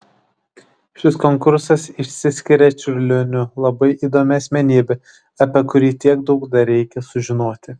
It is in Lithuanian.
šis konkursas išsiskiria čiurlioniu labai įdomia asmenybe apie kurį tiek daug dar reikia sužinoti